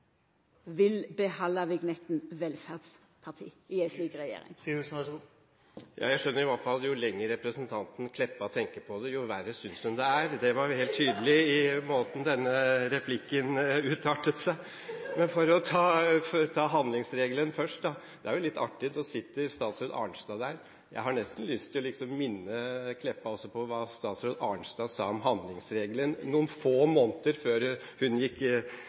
vignetten «velferdsparti» i ei slik regjering? Jeg skjønner i hvert fall at jo lenger representanten Kleppa tenker på det, jo verre synes hun det er. Det var tydelig i måten denne replikken utartet seg på. Men jeg vil ta handlingsregelen først. Det er litt artig, for nå sitter statsråd Arnstad her. Jeg har nesten lyst til å minne Meltveit Kleppa på hva statsråd Arnstad sa om handlingsregelen noen få måneder før hun og hennes parti gikk